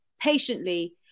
patiently